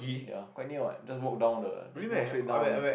ya quite near what just walk down the just walk straight down only ya